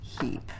heap